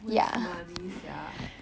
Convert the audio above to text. waste money sia